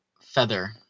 feather